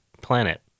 planet